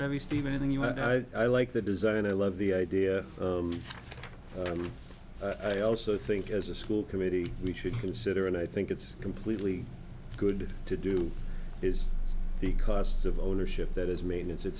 every stephen you have i like the design i love the idea i mean i also think as a school committee we should consider and i think it's completely good to do is the costs of ownership that is maintenance it